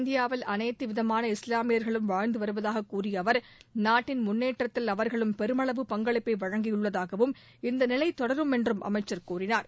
இந்தியாவில் அனைத்து விதமான இஸ்லாமியர்களும் வாழ்ந்து வருவதாக கூறிய அவர் நாட்டின் முன்னேற்றத்தில் அவாகளும் பெருமளவு பங்களிப்பை வழங்கியுள்ளதாகவும் இந்த நிலை தொடரும் என்றும் அமைச்சர் கூறினார்